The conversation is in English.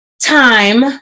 time